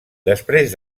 després